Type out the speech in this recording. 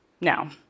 Now